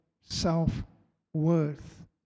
self-worth